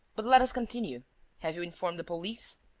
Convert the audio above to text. but let us continue have you informed the police?